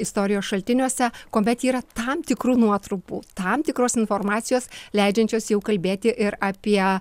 istorijos šaltiniuose kuomet yra tam tikrų nuotrupų tam tikros informacijos leidžiančios jau kalbėti ir apie